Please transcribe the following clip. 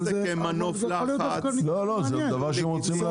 אם זה כמנוף לחץ זה לגיטימי.